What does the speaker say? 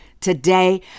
Today